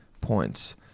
points